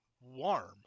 warm